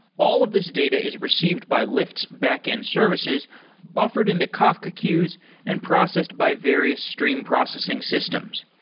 all of these data is received by lyft's backend services buffered into kafka queues and processed by various stream processing systems.